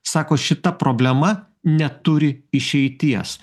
sako šita problema neturi išeities